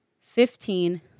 fifteen